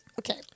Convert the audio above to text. Okay